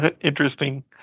interesting